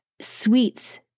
sweets